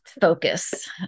focus